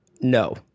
no